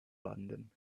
london